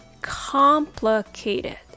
complicated